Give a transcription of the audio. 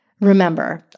Remember